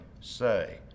say